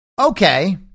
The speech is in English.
okay